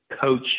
coach